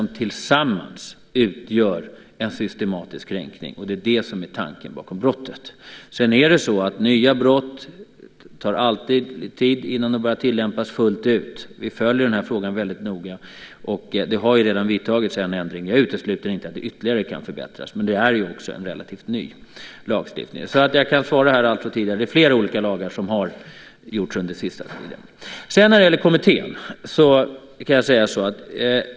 Men tillsammans kan de utgöra en systematisk kränkning, och det är det som är tanken bakom brottskonstruktionen. Det tar alltid tid innan nya lagar börjar tillämpas fullt ut. Vi följer den här frågan väldigt noga, och det har redan gjorts en ändring. Jag utesluter inte att den lagen ytterligare kan förbättras, men det är ju en relativt ny lagstiftning. Mitt svar är alltså att det har införts flera olika lagar under den senaste tiden.